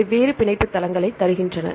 எனவே வெவ்வேறு பிணைப்பு தளங்களை தருகின்றன